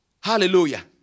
Hallelujah